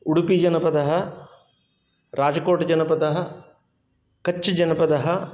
उडुपिजनपदः राजकोट्जनपदः कच् जनपदः